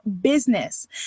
business